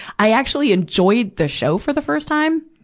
i actually enjoyed the show for the first time.